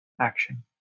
action